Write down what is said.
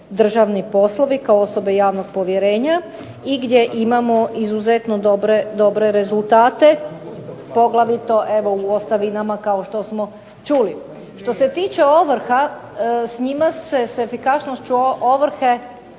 državni poslovi, kao osobe javnog povjerenja, i gdje imamo izuzetno dobre rezultate, poglavito evo u ostavinama kao što smo čuli. Što se tiče ovrha s njima se, s efikasnošću ovrhe